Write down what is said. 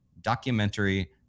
documentary